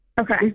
Okay